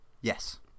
Yes